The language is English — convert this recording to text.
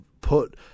put